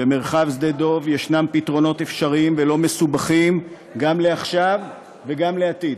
במרחב שדה-דב יש פתרונות אפשריים ולא מסובכים גם לעכשיו וגם לעתיד,